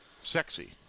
sexy